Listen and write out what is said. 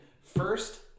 first